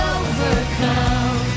overcome